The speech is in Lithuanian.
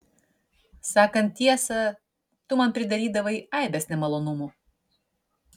sakant tiesą tu man pridarydavai aibes nemalonumų